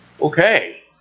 okay